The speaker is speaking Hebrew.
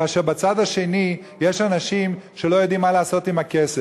כאשר בצד השני יש אנשים שלא יודעים מה לעשות עם הכסף.